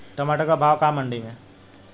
टमाटर का भाव बा मंडी मे?